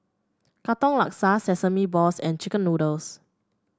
Katong Laksa Sesame Balls and chicken noodles